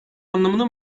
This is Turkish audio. anlamına